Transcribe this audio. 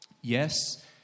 Yes